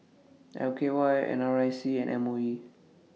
L K Y N R I C and M O E